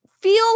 feel